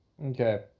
Okay